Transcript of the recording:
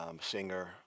singer